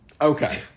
Okay